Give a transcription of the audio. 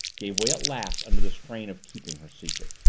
gave way at last under the strain of keeping her secret.